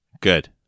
Good